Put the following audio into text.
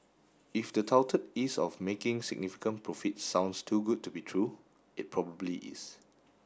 if the touted ease of making significant profits sounds too good to be true it probably is